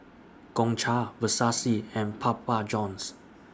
Gongcha Versace and Papa Johns